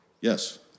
Yes